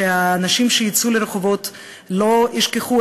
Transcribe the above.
שהאנשים שיצאו לרחובות לא ישכחו,